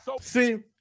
See